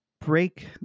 break